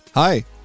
Hi